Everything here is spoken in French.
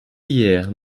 hier